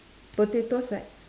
potato sack